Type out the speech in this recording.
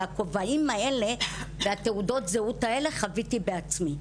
ואת הכובעים האלה ואת תעודות הזהות האלה חוויתי בעצמי.